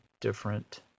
different